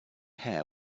hair